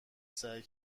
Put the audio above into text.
سعی